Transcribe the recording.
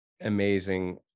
amazing